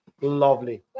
lovely